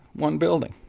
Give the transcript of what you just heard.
one building.